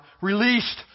released